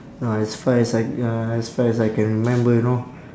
no as far as I ya as far as I can remember you know